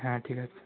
হ্যাঁ ঠিক আছে